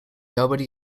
nobody